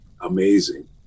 amazing